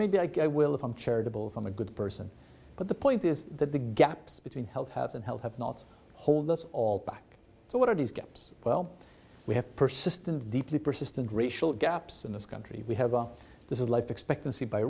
maybe i will if i'm charitable from a good person but the point is that the gaps between health haves and health have nots hold us all back so what are these gaps well we have persistent deeply persistent racial gaps in this country we have all this is life expectancy by